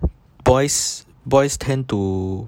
boys boys tend to